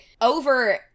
Over